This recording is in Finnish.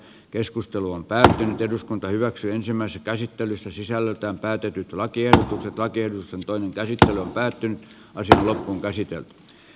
keskustelu on päättänyt eduskunta hyväksyi ensimmäisen käsittelyssä sisällöltään päätetyt lakiehdotukset oikeilta toinen käsittely on päättynyt ja loppuunkäsitelty